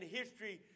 history